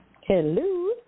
Hello